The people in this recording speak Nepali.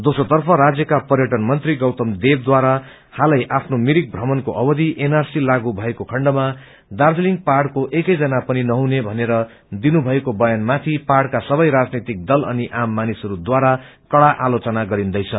दोस्रो तफ राज्यका पर्यटन मंत्री गौतम देवद्वारा हालै आफ्नो मिरिक भ्रमणको अवधि एनआरसी लागगू भएको खण्डमा दार्जीलिङ पहााङको एकै जना पनि नहुने भनेर दिनुभएको बयानमाथि पाहाड़का सबै राजनेथ्तक दल अनि आम मानिसहरूद्वारा कड़ आलोचना गरिन्दैछ